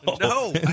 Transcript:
no